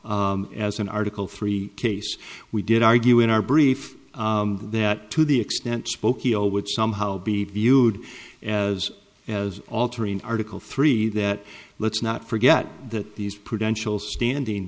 as an article three case we did argue in our brief that to the extent spokeo would somehow be viewed as as altering article three that let's not forget that these preventions standing